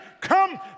Come